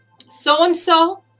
so-and-so